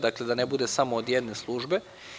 Dakle, da ne bude samo od jedne službe.